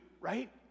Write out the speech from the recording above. right